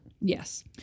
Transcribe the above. Yes